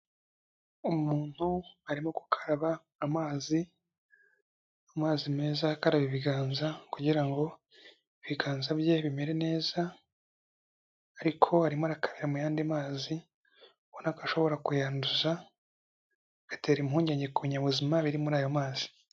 Umuntu arimo gukaraba amazi, amazi meza akaraba ibiganza kugira ngo ibiganza bye bimere neza ariko arimo arakarabira mu yandi mazi, ubona ko ashobora kuyanduza, bigatera impungenge ku binyabuzima biri muri ayo mazi.